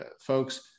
folks